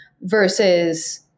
versus